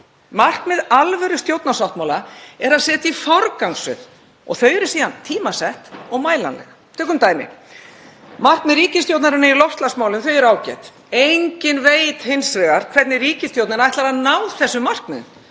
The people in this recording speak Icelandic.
Markmið alvörustjórnarsáttmála er að setja í forgangsröð og markmiðin eru síðan tímasett og mælanleg. Tökum dæmi: Markmið ríkisstjórnarinnar í loftslagsmálum eru ágæt. Enginn veit hins vegar hvernig ríkisstjórnin ætlar að ná þessum markmiðum.